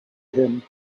him